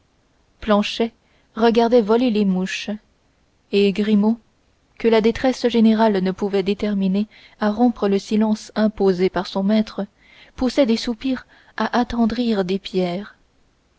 planchet regardait voler les mouches et grimaud que la détresse générale ne pouvait déterminer à rompre le silence imposé par son maître poussait des soupirs à attendrir des pierres